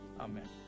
Amen